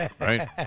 right